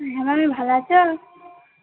হ্যাঁ মামি ভালো আছ